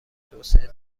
توسعه